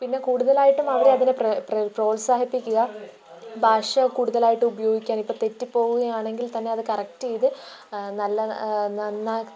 പിന്നെ കൂടുതലായിട്ടും അവരതിനെ പ്രെ പ്രെ പ്രോത്സാഹിപ്പിക്കുക ഭാഷ കൂടുതലായിട്ട് ഉപയോഗിക്കാനിപ്പം തെറ്റിപ്പോകുകയാണെങ്കിൽത്തന്നെ അതു കറക്റ്റ് ചെയ്തു നല്ല നന്നാ